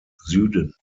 süden